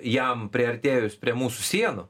jam priartėjus prie mūsų sienų